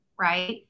right